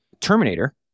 Terminator